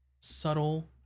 subtle